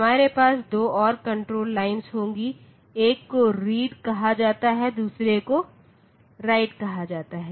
हमारे पास 2 और कण्ट्रोल लाइन्स होंगी एक को रीड कहा जाता है और दूसरे को राइट कहा जाता है